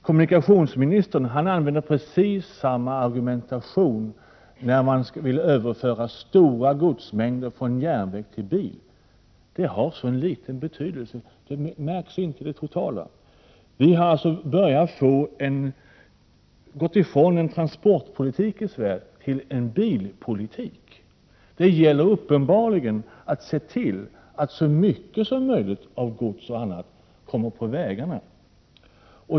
Kommunikationsministern använder precis samma argumentation när man vill överföra stora godsmängder från järnväg till bil: det har så liten betydelse att det inte märks i det totala. Vi har gått från en transportpolitik till en bilpolitik i Sverige. Det gäller uppenbarligen att se till att så mycket gods som möjligt kommer på vägarna.